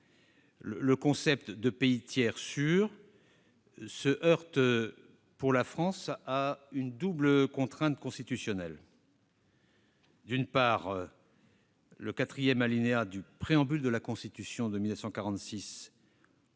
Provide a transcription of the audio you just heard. Le concept de « pays tiers sûr » se heurte, pour la France, à une double contrainte constitutionnelle : d'une part, le quatrième alinéa du préambule de la Constitution de 1946